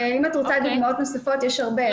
אם את רוצה דוגמאות נוספות, יש הרבה.